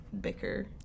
bicker